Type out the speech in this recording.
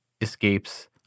escapes